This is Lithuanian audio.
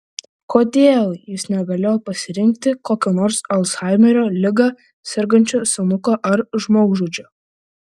kodėl jis negalėjo pasirinkti kokio nors alzhaimerio liga sergančio senuko ar žmogžudžio